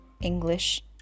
english